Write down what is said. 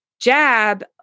Jab